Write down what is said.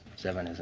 seven